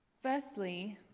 firstly,